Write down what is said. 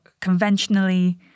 conventionally